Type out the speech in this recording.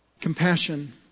Compassion